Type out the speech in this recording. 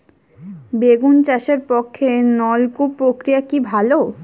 বেগুন চাষের পক্ষে নলকূপ প্রক্রিয়া কি ভালো?